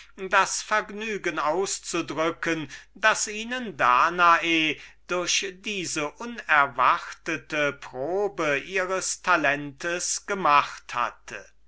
das vergnügen auszudrücken das ihnen danae durch diese unerwartete probe ihres talents gemacht hatte